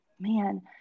man